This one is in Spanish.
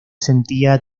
sentía